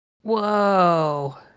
Whoa